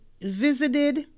visited